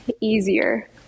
easier